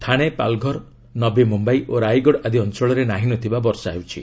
ଥାଣେ ପାଲଘର ନବିମୁମ୍ବାଇ ଓ ରାଇଗଡ଼ ଆଦି ଅଞ୍ଚଳରେ ନାହିଁ ନ ଥିବା ବର୍ଷା ହେଉଛି